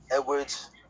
Edwards